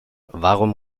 warum